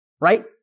right